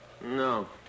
No